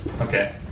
Okay